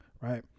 Right